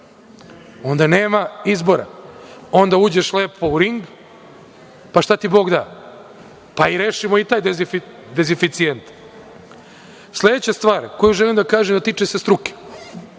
onda nema izbora, onda uđeš lepo u ring, pa šta ti Bog da. Pa rešimo i taj dezificijent. Sledeća stvar koju želim da kažem, a tiče se struke.